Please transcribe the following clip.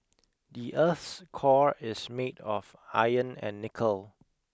the earth's core is made of iron and nickel